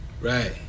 Right